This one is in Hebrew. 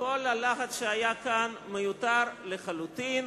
וכל הלהט שהיה כאן מיותר לחלוטין.